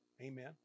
Amen